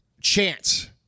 chance